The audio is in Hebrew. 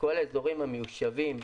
את כל האזורים המיושבים,